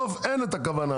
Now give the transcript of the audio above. למה צריך להגיד מקביל?